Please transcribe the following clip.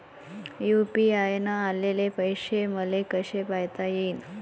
UPI न आलेले पैसे मले कसे पायता येईन?